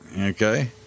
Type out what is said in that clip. okay